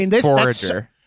forager